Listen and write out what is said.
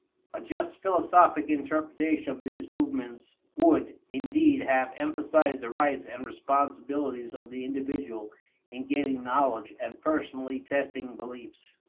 a just philosophic interpretation of these movements would, indeed, have emphasized the rights and responsibilities of the individual in gaining knowledge and personally testing beliefs,